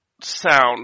sound